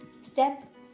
Step